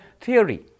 theory